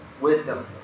wisdom